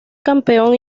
campeón